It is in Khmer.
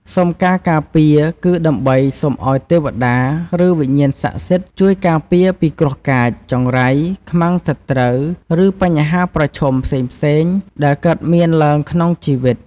សុំការការពារ គឺដើម្បីសុំឱ្យ ទេវតា ឬ វិញ្ញាណស័ក្តិសិទ្ធិ ជួយ ការពារពីគ្រោះកាច ចង្រៃ ខ្មាំងសត្រូវ ឬ បញ្ហាប្រឈមផ្សេងៗ ដែលកើតមានឡើងក្នុង ជីវិត។